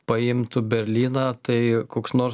paimtų berlyną tai koks nors